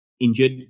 injured